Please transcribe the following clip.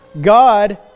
God